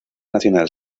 nacional